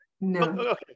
No